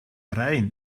rhein